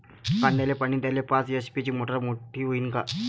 कांद्याले पानी द्याले पाच एच.पी ची मोटार मोटी व्हईन का?